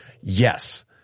yes